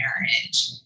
marriage